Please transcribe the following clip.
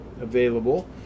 available